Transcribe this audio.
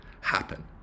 happen